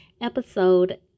episode